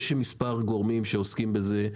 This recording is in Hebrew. יש מספר גורמים שעוסקים בזה,